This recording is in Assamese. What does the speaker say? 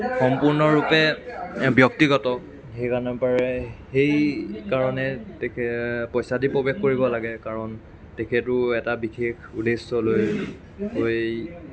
সম্পূৰ্ণৰূপে ব্যক্তিগত সেইকাৰণে পৰাই সেইকাৰণে পইচা দি প্ৰৱেশ কৰিব লাগে কাৰণ তেখেতেও এটা বিশেষ উদ্দেশ্য লৈ হৈ